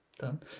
Done